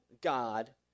God